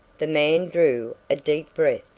the man drew a deep breath.